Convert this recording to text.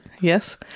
Yes